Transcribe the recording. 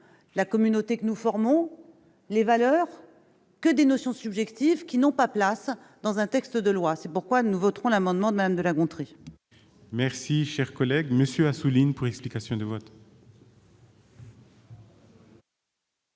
la communauté que nous formons, des valeurs ? Toutes ces notions, subjectives, n'ont pas place dans un texte de loi. C'est pourquoi nous voterons l'amendement de Mme de la Gontrie. La parole est à M. David Assouline, pour explication de vote.